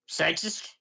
sexist